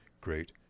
great